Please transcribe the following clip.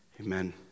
Amen